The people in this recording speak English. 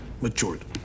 matured